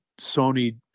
Sony